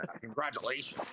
Congratulations